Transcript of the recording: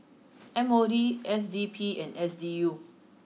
M O D S D P and S D U